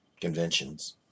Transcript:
conventions